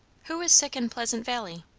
who is sick in pleasant valley?